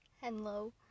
Hello